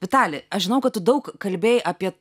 vitali aš žinau kad tu daug kalbėjai apie